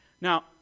Now